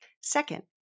Second